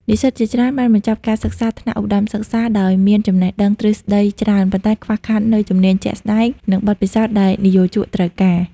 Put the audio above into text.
និស្សិតជាច្រើនបានបញ្ចប់ការសិក្សាថ្នាក់ឧត្តមសិក្សាដោយមានចំណេះដឹងទ្រឹស្តីច្រើន ប៉ុន្តែខ្វះខាតនូវជំនាញជាក់ស្តែង និងបទពិសោធន៍ដែលនិយោជកត្រូវការ។